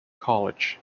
college